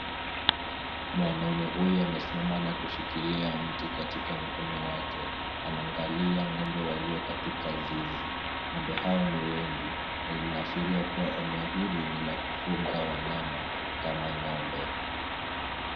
Mwanaume huyu amesimama na kushikilia mti katika mkono wake, anaangalia ng'ombe walio katika zizi, ng'ombe hao ni wengi, inaashiria kuwa eneo hili ni la kufuga wanyama kama ng'ombe.